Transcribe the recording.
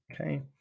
Okay